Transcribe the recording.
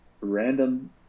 random